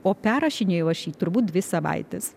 o perrašinėjau aš jį turbūt dvi savaites